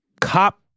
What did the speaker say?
cop